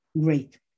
Great